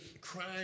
crime